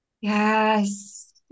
Yes